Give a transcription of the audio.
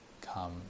come